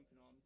on